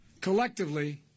Collectively